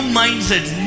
mindset